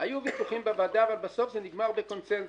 היו ויכוחים בוועדה, אבל בסוף זה נגמר בקונצנזוס.